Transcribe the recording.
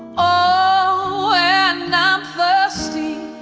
oh and i'm thirsty